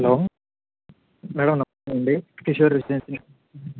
hello madam నమస్తే అండి Kishore residency